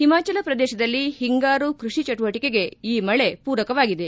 ಹಿಮಾಚಲ ಪ್ರದೇಶದಲ್ಲಿ ಹಿಂಗಾರು ಕೃಷಿ ಚಟುವಟಿಕೆಗೆ ಈ ಮಳೆ ಪೂರಕವಾಗಿದೆ